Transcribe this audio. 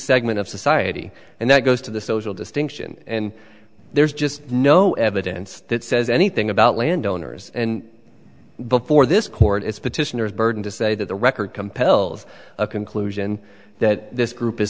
segment of society and that goes to the social distinction and there's just no evidence that says anything about landowners and before this court it's petitioners burden to say that the record compels a conclusion that this group is